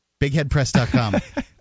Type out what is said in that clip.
Bigheadpress.com